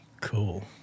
cool